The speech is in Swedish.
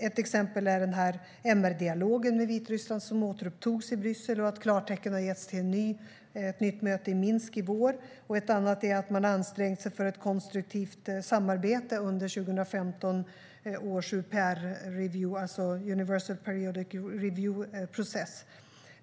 Ett exempel är MR-dialogen med Vitryssland som återupptogs i Bryssel och att klartecken har getts till ett nytt möte i Minsk i vår. Ett annat är att man ansträngt sig för ett konstruktivt samarbete under 2015 års Universal Periodic Review Process.